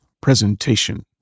presentation